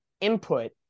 input